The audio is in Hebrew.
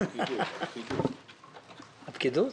אדבר איתו,